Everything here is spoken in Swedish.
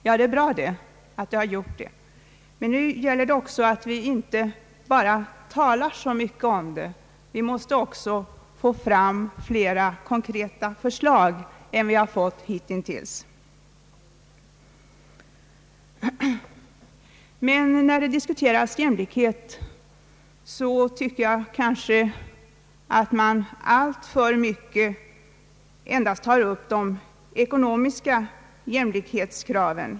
Ja, det är bra, men nu gäller det också att vi inte bara talar så mycket om jämlikhet och solidaritet; vi måste också få fram flera konkreta förslag än vi har fått hitintills. När det diskuteras jämlikhet tycker jag dock att man alltför mycket endast tar upp de ekonomiska jämlikhetskra ven.